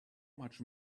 much